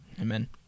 Amen